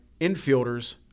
infielders